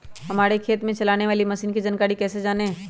हमारे खेत में चलाने वाली मशीन की जानकारी कैसे जाने?